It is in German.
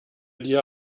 dir